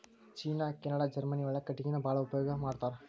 ಚೇನಾ Canada Germany ಒಳಗ ಕಟಗಿನ ಬಾಳ ಉಪಯೋಗಾ ಮಾಡತಾರ